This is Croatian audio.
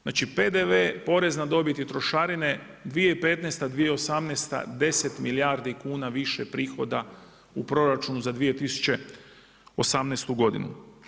Znači PDV, porez na dobit i trošarine 2015., 2018. 10 milijardi kuna više prihoda u proračunu za 2018. godinu.